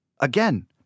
Again